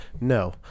No